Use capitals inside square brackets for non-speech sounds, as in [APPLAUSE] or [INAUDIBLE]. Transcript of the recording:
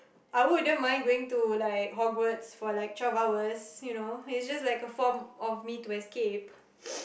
I wouldn't even mind going to like Hogwarts for like twelve hours you know is just like a form of me to escape [BREATH] [NOISE]